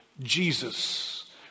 Jesus